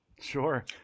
Sure